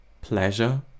pleasure